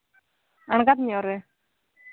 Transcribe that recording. ᱟᱲᱜᱟᱛ ᱧᱚᱜ ᱨᱮ